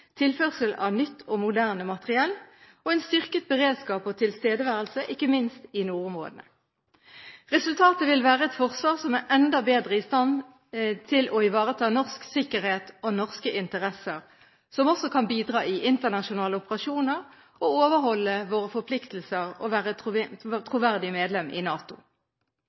tilførsel av nytt og moderne materiell og en styrket beredskap og tilstedeværelse – ikke minst i nordområdene. Resultatet vil være et forsvar som er enda bedre i stand til å ivareta norsk sikkerhet og norske interesser, og som også kan bidra i internasjonale operasjoner, overholde våre forpliktelser og være et troverdig medlem av NATO.